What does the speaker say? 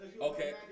Okay